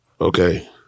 Okay